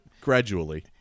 gradually